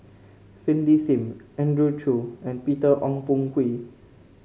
Cindy Sim Andrew Chew and Peter Ong Boon Kwee